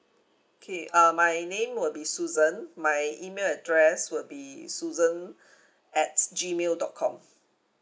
okay uh my name will be susan my email address will be susan at G mail dot com